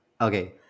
Okay